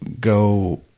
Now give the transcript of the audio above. go